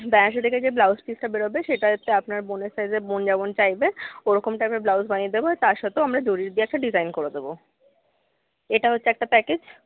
বেনারসি থেকে যে ব্লাউজ পিসটা বেরোবে সেটা থেকে আপনার বোনের সাইজে আপনার বোন যেমন চাইছে ওরকম টাইপের ব্লাউজ বানিয়ে দেবো তার সাথেও আমরা জরি দিয়ে একটা ডিজাইন করে দেবো এটা হচ্ছে একটা প্যাকেজ